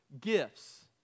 gifts